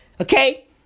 Okay